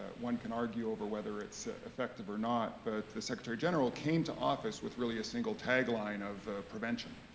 ah one can argue over whether it's effective or not, but the secretary-general came to office with really a single tagline of prevention,